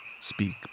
speak